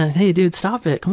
hey dude, stop it. come